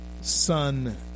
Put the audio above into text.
son